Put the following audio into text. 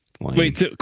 Wait